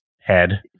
head